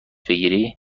بگیری